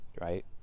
Right